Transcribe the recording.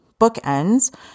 bookends